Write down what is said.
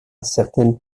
certaines